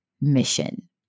mission